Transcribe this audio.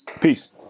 Peace